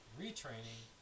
retraining